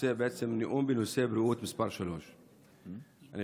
הנושא הוא נאום בנושא בריאות מס' 3. אני